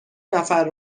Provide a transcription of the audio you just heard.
نفر